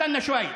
סטנה שוואיה.